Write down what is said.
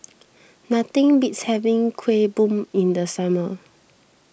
nothing beats having Kuih Bom in the summer